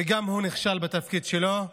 וגם הוא נכשל בתפקיד שלו,